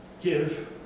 Give